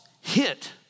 hit